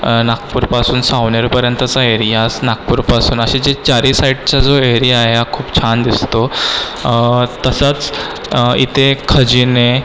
नागपूरपासून सावनेरपर्यंतचा एरिया स् नागपूरपासून असे जे चार ही साइडचा जो एरिया आहे हा खूप छान दिसतो तसंच इथे खजिने